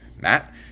Matt